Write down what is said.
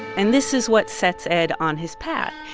and this is what sets ed on his path.